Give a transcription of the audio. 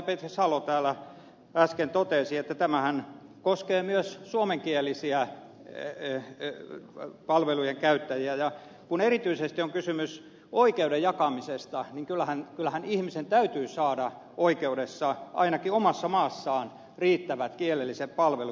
petri salo täällä äsken totesi että tämähän koskee myös suomenkielisiä palvelujen käyttäjiä ja kun erityisesti on kysymys oikeuden jakamisesta niin kyllähän ihmisen täytyy saada oikeudessa ainakin omassa maassaan riittävät kielelliset palvelut